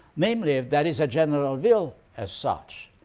namely, if there is a general will as such,